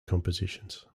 compositions